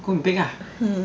go and bake ah